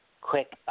quick